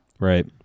right